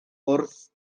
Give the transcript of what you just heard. wrth